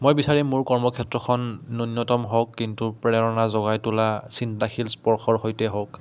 মই বিচাৰিম মোৰ কৰ্মক্ষেত্ৰখন ন্যূনতম হওক কিন্তু প্ৰেৰণা জগাই তোলা চিন্তাশিল স্পৰ্শৰ সৈতে হওক